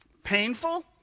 Painful